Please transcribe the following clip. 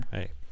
Hey